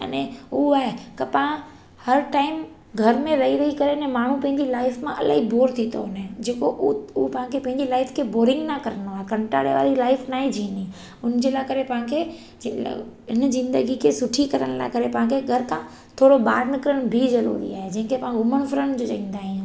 अने उहो आहे की पाणु हर टाइम घर में वेई वेई करे न माण्हू पंहिंजी लाइफ़ मां इलाही बोर थी थो वञे जेको उहो उहो पाण खे पंहिंजी लाइफ़ खे बोरिंग न करिणो आहे कंटाणे वारी लाइफ़ न आहे जीअणी हुन जे लाइ करे पाण खे जी हिन ज़िंदगी खे सुठी करण लाइ करे पाण खे घर खां थोरो ॿाहिरि निकिरिण बि ज़रूरी आहे जेके पाणु घुमणु फिरण जो चवंदा आहियूं